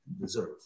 deserve